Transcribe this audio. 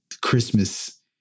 Christmas